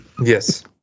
Yes